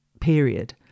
period